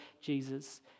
Jesus